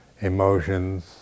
emotions